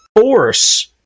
force